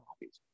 hobbies